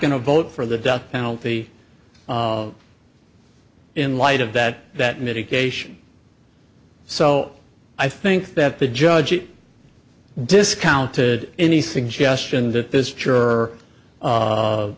to vote for the death penalty in light of that that medication so i think that the judge it discounted any suggestion that this jur